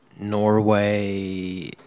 Norway